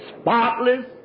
spotless